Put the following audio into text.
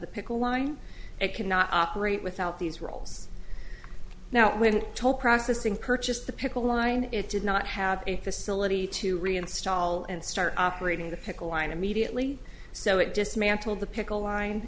the pickle line it cannot operate without these rolls now when told processing purchased the pickle line it did not have a facility to reinstall and start operating the pickle line immediately so it dismantled the pickle line